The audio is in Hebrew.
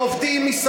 עובדים מזנונים בשבת.